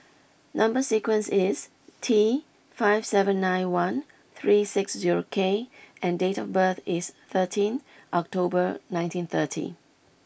number sequence is T five seven nine one three six zero K and date of birth is thirteen October nineteen thirty